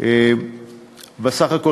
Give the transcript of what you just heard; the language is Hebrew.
בסך הכול